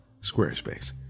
Squarespace